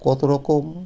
কতো রকম